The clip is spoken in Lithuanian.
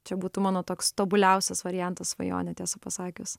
čia būtų mano toks tobuliausias variantas svajonė tiesą pasakius